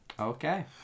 Okay